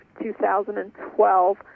2012